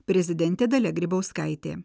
prezidentė dalia grybauskaitė